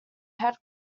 head